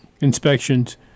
inspections